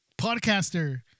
podcaster